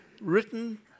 written